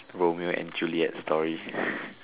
Romeo and Juliet story